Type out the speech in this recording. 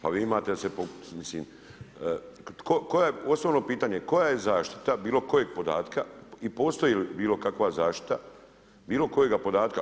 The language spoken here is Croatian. Pa vi imate da se, mislim, osobno pitanje, koja je zaštita bilo kojeg podatka i postoji li bilo kakva zaštita bilo kojega podatka?